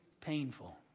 painful